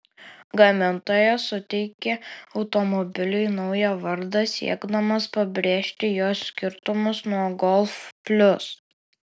gamintojas suteikė automobiliui naują vardą siekdamas pabrėžti jo skirtumus nuo golf plius